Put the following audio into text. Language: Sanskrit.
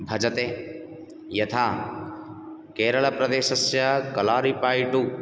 भजते यथा केरळप्रदेशस्य कळारिपयटु